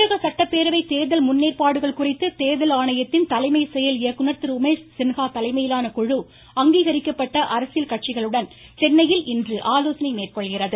தமிழக சட்டப்பேரவை தேர்தல் முன்னேற்பாடுகள் குறித்து கேர்கல் செயல் ஆணையத்தின் தலைமை உமேஷ் சின்றொ தலைமையிலான குழு அங்கீகரிக்கப்பட்ட அரசியல் கட்சிகளுடன் சென்னையில் இன்று ஆலோசனை மேற்கொள்கிறது